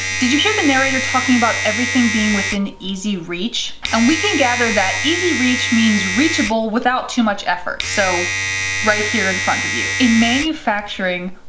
did you hear the narrator talking about everything being within easy reach and we can gather that easy reach means reachable without too much effort. so right here in front of you. in manufacturing,